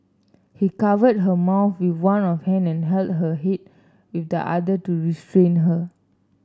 he covered her mouth with one of hand and held her head with the other to restrain her